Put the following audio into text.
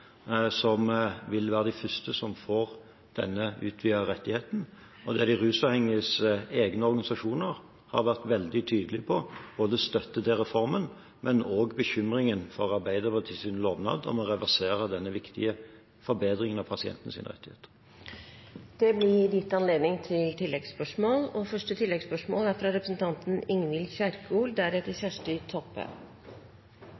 som vil være de første som får denne utvidede rettigheten. De rusavhengiges egne organisasjoner har vært veldig tydelige på både sin støtte til reformen og sin bekymring for Arbeiderpartiets lovnad om å reversere denne viktige forbedringen av pasientenes rettigheter. Det åpnes for oppfølgingsspørsmål – først representanten Ingvild Kjerkol. Jeg kan trøste statsråden med at Arbeiderpartiet vil fortsette å styrke og